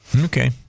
Okay